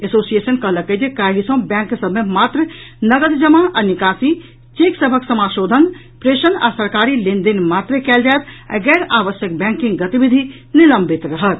association कहलक अछि जे काल्हि सँ बैंक सभ मे मात्र नगद जमा आ निकासी चेक सभक समाशोधन प्रेषण आ सरकारी लेन देन मात्रे कयल जायत आ गैर आवश्यक बैंकिंग गतिविधि निलंबित रहत